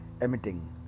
emitting